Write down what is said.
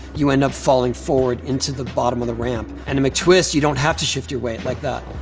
you end up falling forward into the bottom of the ramp. and a mctwist, you don't have to shift your weight like that.